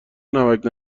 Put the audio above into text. نمکـ